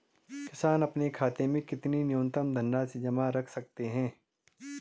किसान अपने खाते में कितनी न्यूनतम धनराशि जमा रख सकते हैं?